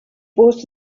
was